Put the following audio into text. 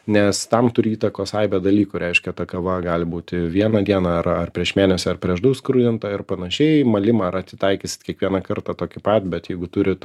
nes tam turi įtakos aibė dalykų reiškia ta kava gali būti vieną dieną ar ar prieš mėnesį ar prieš du skrudinta ir panašiai malimą ar atitaikysit kiekvieną kartą tokį pat bet jeigu turit